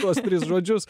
tuos tris žodžius